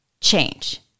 change